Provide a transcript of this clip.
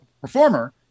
performer